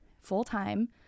full-time